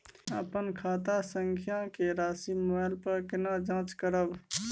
अपन खाता संख्या के राशि मोबाइल पर केना जाँच करब?